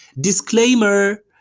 Disclaimer